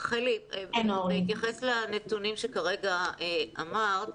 בהתייחס לנתונים שכרגע אמרת.